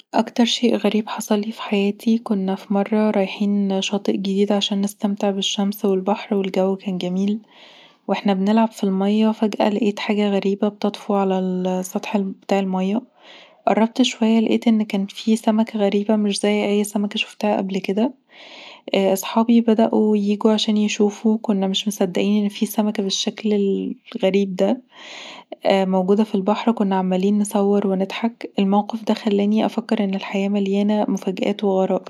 أكتر شيء غريب حصل لي في حياتي، كنا في مره رايحين شاطئ جديد عشان نستمتع بالشمس والبحر والجو كان جميل واحنا بنلعب في الميه فجأه لقيت حاجه غريبه بتطفو علي السطح بتاع الميه قربت شوية لقيت إنه كان فيه سمكة غريبة مش زي أي سمكة شفتها قبل كده أصحابي بدأوا ييجوا عشان يشوفوا، وكنا مش مصدقين إن في سمكة بالشكل الغريب ده موجودة في البحر كنا عمالين نصور ونضحك، الموقف ده خلاني أفكر إن الحياة مليانة مفاجآت وغرائب